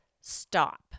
stop